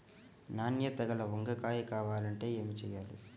నాణ్యత గల వంగ కాయ కావాలంటే ఏమి చెయ్యాలి?